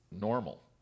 normal